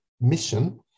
mission